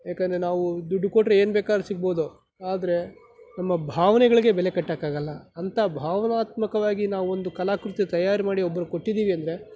ಯಾಕಂದರೆ ನಾವು ದುಡ್ಡು ಕೊಟ್ಟರೆ ಏನು ಬೇಕಾದರೂ ಸಿಗ್ಬೋದು ಆದರೆ ನಮ್ಮ ಭಾವನೆಗಳಿಗೆ ಬೆಲೆ ಕಟ್ಟಕ್ಕಾಗಲ್ಲ ಅಂತ ಭಾವನಾತ್ಮಕವಾಗಿ ನಾವೊಂದು ಕಲಾಕೃತಿ ತಯಾರು ಮಾಡಿ ಒಬ್ಬರಿಗೆ ಕೊಟ್ಟಿದ್ದೀವಿ ಅಂದರೆ